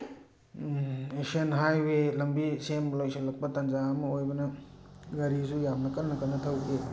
Asian highway ꯂꯝꯕꯤ ꯁꯦꯝꯕ ꯂꯣꯏꯁꯤꯜꯂꯛꯄ ꯇꯥꯟꯖꯥ ꯑꯃ ꯑꯣꯏꯕꯅ ꯒꯥꯔꯤꯁꯨ ꯌꯥꯝꯅ ꯀꯟꯅ ꯀꯟꯅ ꯊꯧꯈꯤ